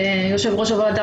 יושב-ראש הוועדה,